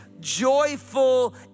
joyful